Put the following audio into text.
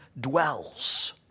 dwells